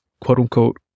quote-unquote